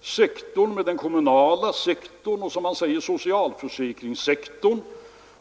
sektorn med den kommunala sektorn och, som man säger, socialförsäkringsssektorn.